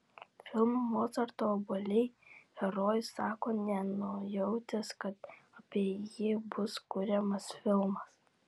filmo mocarto obuoliai herojus sako nenujautęs kad apie jį bus kuriamas filmas